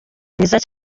mwiza